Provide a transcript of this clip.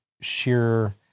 sheer